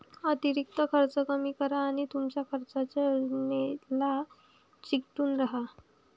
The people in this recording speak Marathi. अतिरिक्त खर्च कमी करा आणि तुमच्या खर्चाच्या योजनेला चिकटून राहा